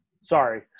Sorry